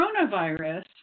coronavirus